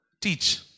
teach